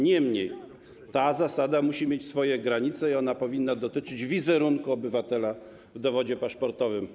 Niemniej ta zasada musi mieć swoje granice i ona powinna dotyczyć wizerunku obywatela w dowodzie paszportowym.